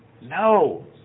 No